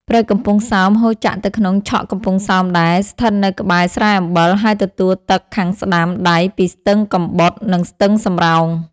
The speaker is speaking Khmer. ព្រែកកំពង់សោម ហូរចាក់ទៅក្នុងឆកកំពង់សោមដែរ ស្ថិតនៅក្បែរស្រែអំបិល ហើយទទួលទឹកខាងស្តាំដៃពីស្ទឹងកំបុត និងស្ទឹងសំរោង។